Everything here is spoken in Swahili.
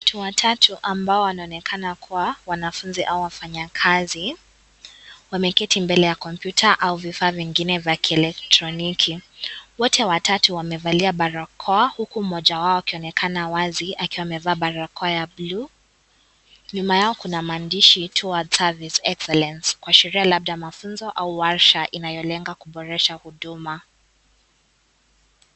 Watu watatu ambao wanoonekana kuwa wanafunzi au wafanya kazi wameketi mbele ya kompyuta au vifaa vingine vya kielektroniki. Wote watatu wamevalia barakoa huku mmoja wao akionekana wazi akiwa amevaa barakoa ya bluu. Nyuma yao kuna maandishi, (cs) towards service excellence (cs), kuashiria labda mafunzo au warsha linalolenga kuboresha huduma.